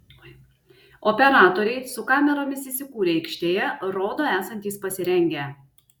operatoriai su kameromis įsikūrę aikštėje rodo esantys pasirengę